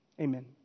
Amen